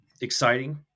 exciting